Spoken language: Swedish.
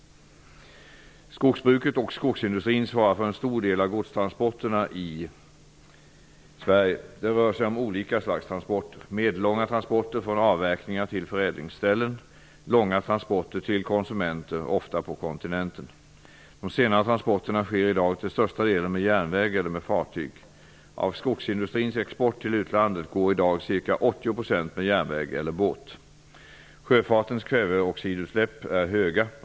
Skogsbruket och skogsindustrin svarar för en stor del av godstransporterna i Sverige. Det rör sig om olika slags transporter: -- Långa transporter till konsumenter, ofta på kontinenten. De senare transporterna sker i dag till största delen med järnväg eller med fartyg. Av skogsindustrins export till utlandet går i dag ca 80 % med järnväg eller båt. Sjöfartens kväveoxidutsläpp är höga.